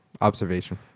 Observation